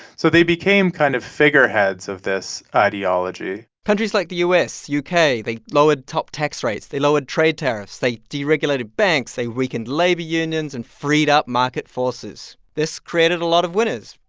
so they became kind of figureheads of this ideology countries like the u s, u k, they lowered top tax rates. they lowered trade tariffs. they deregulated banks. they weakened labor unions and freed up market forces. this created a lot of winners,